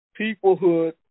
peoplehood